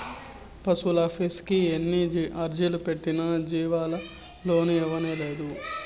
పశువులాఫీసుకి ఎన్ని అర్జీలు పెట్టినా జీవాలకి లోను ఇయ్యనేలేదు